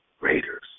Raiders